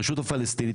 הרשות הפלסטינית,